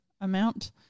amount